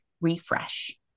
refresh